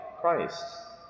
christ